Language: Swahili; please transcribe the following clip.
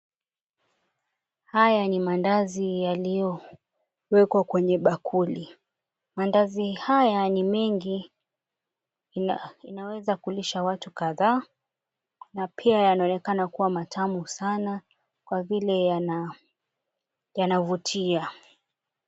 Haya ni mandazi yaliyowekwa kwenye bakuli. Mandazi haya ni mengi na inaweza kulisha watu kadhaa na pia yanaonekana kuwa matamu sana kwa vile yanavutia.